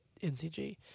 NCG